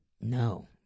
No